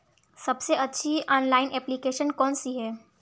सबसे अच्छी online application कौन सी है?